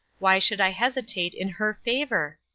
why should i hesitate in her favor?